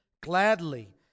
gladly